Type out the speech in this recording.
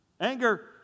Anger